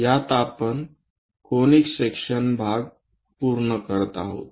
यात आपण conic section भाग पूर्ण करत आहोत